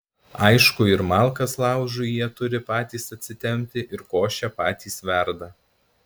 aišku ir malkas laužui jie turi patys atsitempti ir košę patys verda